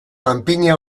panpina